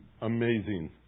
Amazing